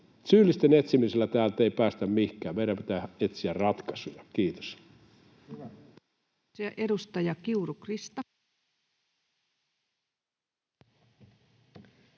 Syyllisten etsimisellä täältä ei päästä mihinkään. Meidän pitää etsiä ratkaisuja. — Kiitos.